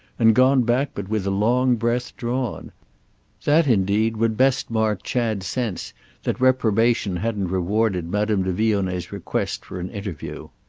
and gone back but with a long breath drawn that indeed would best mark chad's sense that reprobation hadn't rewarded madame de vionnet's request for an interview.